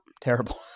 Terrible